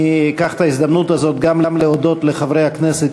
אני אנצל את ההזדמנות הזאת גם להודות לחברי הכנסת